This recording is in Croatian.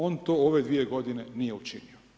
On to u ove dvije godine nije učinio.